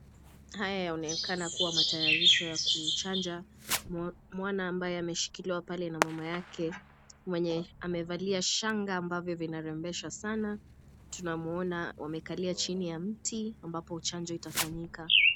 Haya yaonekana kuwa matayarisho ya kuchanja mwana ambaye ameshikiliwa pale na mama yake mwenye amevalia shanga ambavyo vinarembesha sana. Tunamuona wamekalia chini ya mti ambapo chanjo itafanyika.